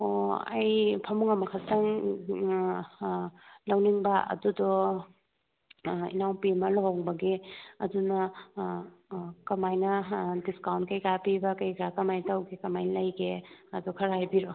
ꯑꯣ ꯑꯩ ꯐꯃꯨꯡ ꯑꯃ ꯈꯛꯇꯪ ꯂꯧꯅꯤꯡꯕ ꯑꯗꯨꯗꯣ ꯏꯅꯥꯎꯄꯤ ꯑꯃ ꯂꯨꯍꯣꯡꯕꯒꯤ ꯑꯗꯨꯅ ꯀꯃꯥꯏꯅ ꯗꯤꯁꯀꯥꯎꯟ ꯀꯩꯀꯥ ꯄꯤꯕ ꯀꯩꯀꯥ ꯀꯃꯥꯏꯅ ꯇꯧꯕ ꯀꯃꯥꯏꯅ ꯂꯩꯒꯦ ꯑꯗꯨ ꯈꯔ ꯍꯥꯏꯕꯤꯔꯛꯑꯣ